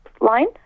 line